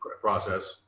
process